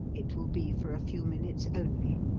it will be for a few minutes only.